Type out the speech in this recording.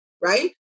Right